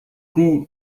tea